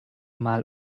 mal